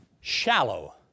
shallow